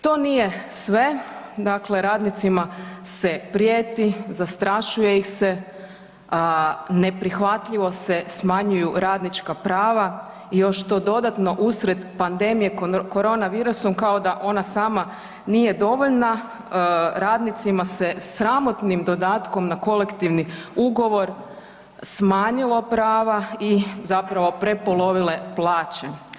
To nije sve, dakle radnicima se prijeti, zastrašuje ih se, neprihvatljivo se smanjuju radnička prava i još to dodatno usred pandemije korona virusom kao da ona sama nije dovoljna, radnicima se sramotnim dodatkom na kolektivno ugovor smanjilo prava i zapravo prepolovile plaće.